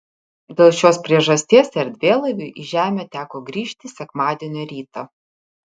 dėl šios priežasties erdvėlaiviui į žemę teko grįžti sekmadienio rytą